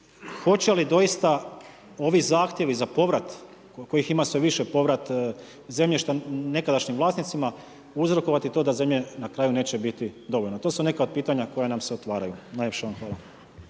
hoće li doista ovi zahtjevi za povrat kojih ima sve više, povrat zemljišta nekadašnjim vlasnicima uzrokovati to da zemlje na kraju neće biti dovoljno. To su neka od pitanja koja nam se otvaraju. Najljepša vam hvala.